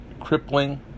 crippling